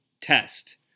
test